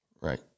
Right